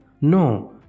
No